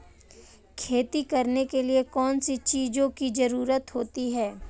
खेती करने के लिए कौनसी चीज़ों की ज़रूरत होती हैं?